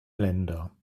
länder